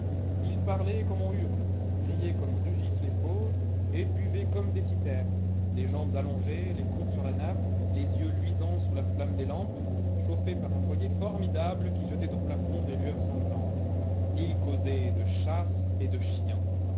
ils parlaient comme on hurle riaient comme rugissent les fauves et buvaient comme des citernes les jambes allongées les coudes sur la nappe les yeux luisants sous la flamme des lampes chauffés par un foyer formidable qui jetait au plafond des lueurs sanglantes ils causaient de chasse et de chiens